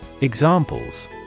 Examples